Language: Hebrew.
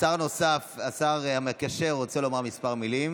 שר נוסף, השר המקשר, רוצה לומר כמה מילים,